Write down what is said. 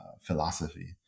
philosophy